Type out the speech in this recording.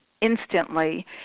instantly